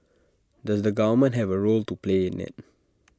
does the government have A role to play in IT